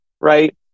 right